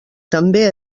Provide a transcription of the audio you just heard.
també